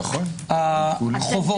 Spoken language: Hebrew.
נכון, עיקולים.